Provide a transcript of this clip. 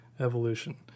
evolution